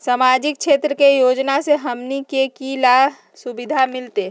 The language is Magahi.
सामाजिक क्षेत्र के योजना से हमनी के की सुविधा मिलतै?